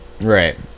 Right